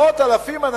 מאות אלפים,